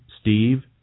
steve